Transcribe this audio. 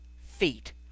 Feet